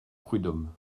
prud’homme